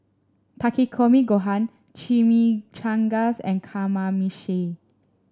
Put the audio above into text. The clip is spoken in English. Takikomi Gohan Chimichangas and Kamameshi